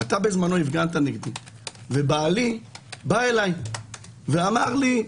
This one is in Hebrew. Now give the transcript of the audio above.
אתה בזמנו הפגנת מולי ובעלי בא ואמר לי: